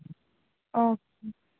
okay